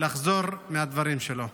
לחזור מהדברים שלו.